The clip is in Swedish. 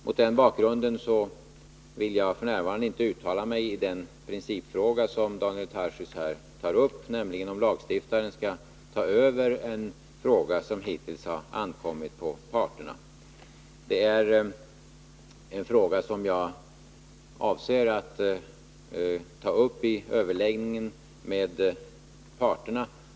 Mot den bakgrunden vill jag f. n. inte uttala mig i den principfråga som Daniel Tarschys här tar upp, nämligen om lagstiftaren skall ta över en fråga som hittills ankommit på parterna. Detta är en fråga som jag avser att ta upp i överläggningar med parterna.